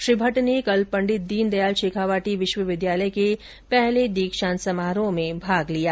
श्री भट्ट ने कल पंडित दीन दयाल शेखावाटी विश्वविद्यालय के पहले दीक्षान्त समारोह में भाग लिया